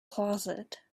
closet